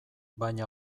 baina